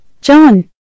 John